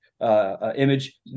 image